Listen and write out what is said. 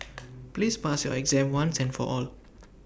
please pass your exam once and for all